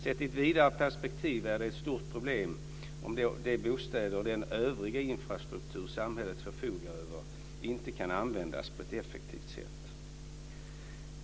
Sett i ett vidare perspektiv är det ett stort problem om de bostäder och den övriga infrastruktur samhället förfogar över inte kan användas på ett effektivt sätt.